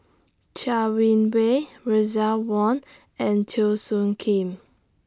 Chai Win Wei Russel Wong and Teo Soon Kim